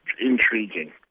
intriguing